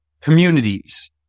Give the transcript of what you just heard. communities